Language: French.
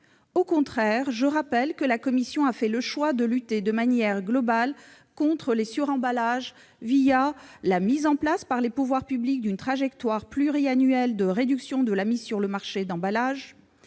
Au contraire, la commission a fait le choix de lutter de manière globale contre les suremballages, via la mise en place par les pouvoirs publics d'une trajectoire pluriannuelle de réduction de la mise sur le marché d'emballages,